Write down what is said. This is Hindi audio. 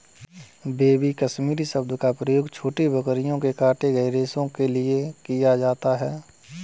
बेबी कश्मीरी शब्द का प्रयोग छोटी बकरियों के काटे गए रेशो के लिए किया जाता है